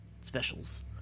specials